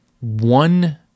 One